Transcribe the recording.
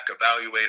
evaluator